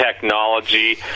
technology